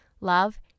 Love